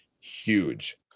huge